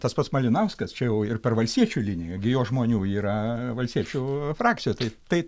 tas pats malinauskas čia jau ir per valstiečių liniją gi jo žmonių yra valstiečių frakcijoj tai tai